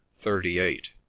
thirty-eight